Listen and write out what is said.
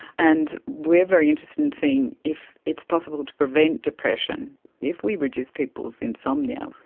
and we are very interested in seeing if it's possible to prevent depression if we reduce people's insomnia.